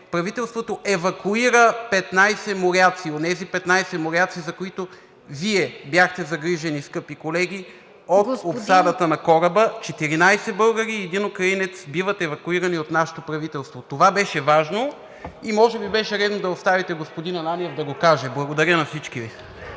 правителството евакуира 15 моряци, онези 15 моряци, за които Вие бяхте загрижени, скъпи колеги, от обсадата на кораба – 14 българи и един украинец биват евакуирани от нашето правителство. Това беше важно и може би беше редно да оставите господин Ананиев да го каже. Благодаря на всички Ви.